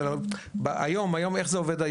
היום איך זה עובד?